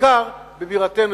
ובעיקר בבירתנו,